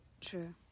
True